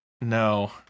No